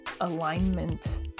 alignment